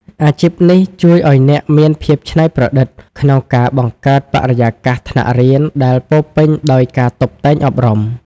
អាជីពនេះជួយឱ្យអ្នកមានភាពច្នៃប្រឌិតក្នុងការបង្កើតបរិយាកាសថ្នាក់រៀនដែលពោរពេញដោយការតុបតែងអប់រំ។